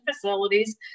facilities